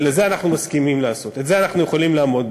ואת זה אנחנו מסכימים לעשות ובזה אנחנו יכולים לעמוד,